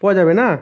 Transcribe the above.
পাওয়া যাবে না